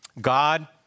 God